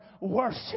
worship